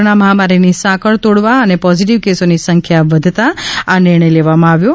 corona મહામારીની સાંકળ તોડવા અને પોઝીટીવ કેસોની સંખ્યા વધતા આ નિર્મય લેવામાં આવ્યો છે